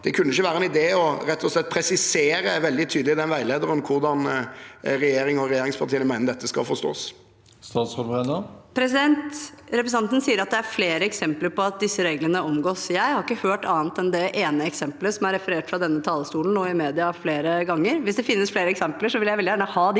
det ikke vært en idé rett og slett å presisere veldig tydelig i den veilederen hvordan regjeringen og regjeringspartiene mener dette skal forstås? Statsråd Tonje Brenna Representanten sier at det er flere eksempler på at disse reglene omgås. Jeg har ikke hørt annet enn det ene eksempelet, som er referert fra denne talerstolen og i media flere ganger. Hvis det finnes flere eksempler, vil jeg gjerne ha dem,